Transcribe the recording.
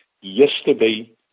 yesterday